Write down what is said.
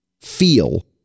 feel